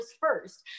first